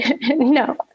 No